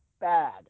bad